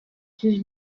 sis